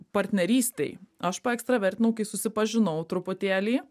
partnerystei aš paekstravertinau kai susipažinau truputėlį